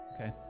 Okay